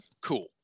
cool